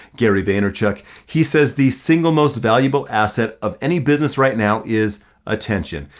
gary vaynerchuk. he says the single most valuable asset of any business right now is attention,